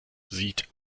sieht